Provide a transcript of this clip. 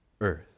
earth